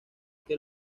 que